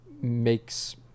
makes